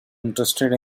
interested